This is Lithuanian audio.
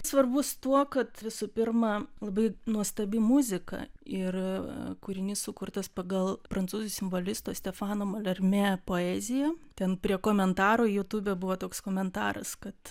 svarbus tuo kad visų pirma labai nuostabi muzika ir kūrinys sukurtas pagal prancūzų simbolisto stefano malermė poeziją ten prie komentaro jutube buvo toks komentaras kad